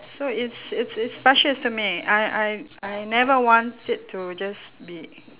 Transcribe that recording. so it's it's it's precious to me I I I never want it to just be